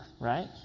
right